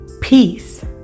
peace